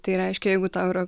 tai reiškia jeigu tau yra